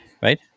right